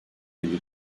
elli